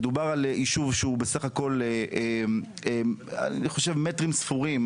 מדובר על יישוב שהוא בסך הכול מאות מטרים ספורים,